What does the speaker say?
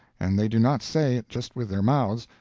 and they do not say it just with their mouths,